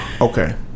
Okay